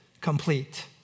complete